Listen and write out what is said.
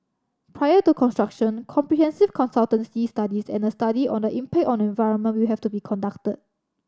prior to construction comprehensive consultancy studies and a study on the impact on environment will have to be conducted